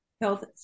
health